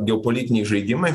geopolitiniai žaidimai